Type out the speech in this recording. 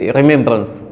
remembrance